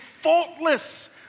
faultless